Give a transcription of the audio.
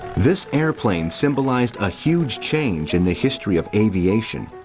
this aeroplane symbolised a huge change in the history of aviation,